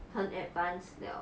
很 advanced 了